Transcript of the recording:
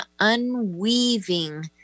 unweaving